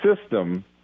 system